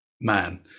man